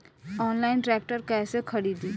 Online tractor कैसे खरदी?